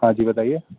ہاں جی بتائیے